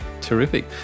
Terrific